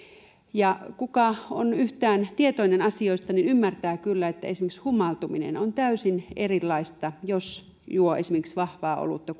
ja se joka on yhtään tietoinen asioista ymmärtää kyllä että esimerkiksi humaltuminen on täysin erilaista jos juo esimerkiksi vahvaa olutta